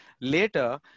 later